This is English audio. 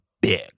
Big